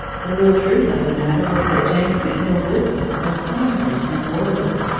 the real truth of the matter was that james mcneill whistler was hungry and worried.